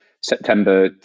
September